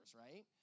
right